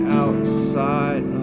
outside